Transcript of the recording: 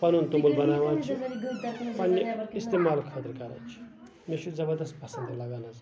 پَنُن توٚمُل بَناوان چھِ پَننہِ اِستعمال خٲطرٕ کَران چھِ مےٚ چھُ زَبَردَس پَسَند یہِ لَگان حظ